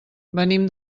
venim